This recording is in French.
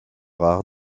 rares